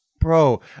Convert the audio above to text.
bro